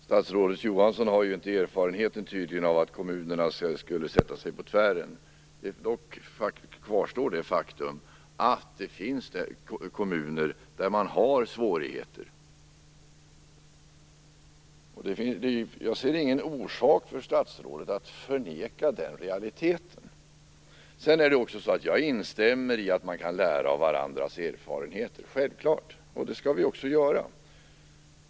Herr talman! Statsrådet Johansson har tydligen inte erfarenheter av att kommunerna skulle sätta sig på tvären. Faktum kvarstår dock att det finns kommuner där man har svårigheter. Jag ser ingen orsak för statsrådet att förneka den realiteten. Jag instämmer i att man kan lära av varandras erfarenheter, självfallet, och det skall vi också göra.